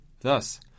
Thus